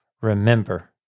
remember